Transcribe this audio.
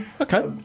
Okay